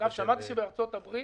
שמעתי שבארצות הברית